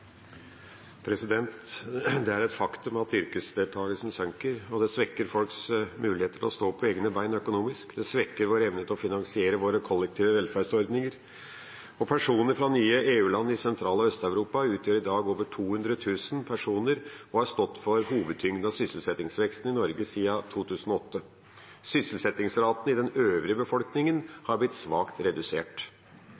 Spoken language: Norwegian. Det er et faktum at yrkesdeltakelsen synker. Det svekker folks muligheter til å stå på egne bein økonomisk, og det svekker vår evne til å finansiere våre kollektive velferdsordninger. Personer fra nye EU-land i Sentral- og Øst-Europa utgjør i dag over 200 000 personer og har stått for hovedtyngden av sysselsettingsveksten i Norge siden 2008. Sysselsettingsraten i den øvrige befolkningen